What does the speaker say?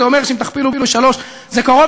זה אומר שאם תכפילו בשלוש זה קרוב